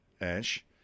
Ash